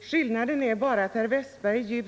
Skillnaden är bara den att herr Westberg